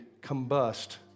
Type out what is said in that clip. combust